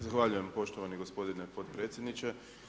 Zahvaljujem poštovani gospodine potpredsjedniče.